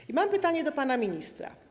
I mam pytanie do pana ministra.